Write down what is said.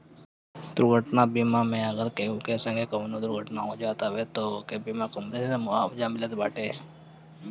दुर्घटना बीमा मे अगर केहू के संगे कवनो दुर्घटना हो जात हवे तअ ओके बीमा से मुआवजा मिलत बाटे